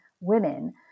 women